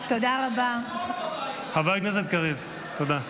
בכנסת הזו, חבר הכנסת קריב, תודה.